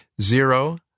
zero